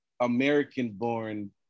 American-born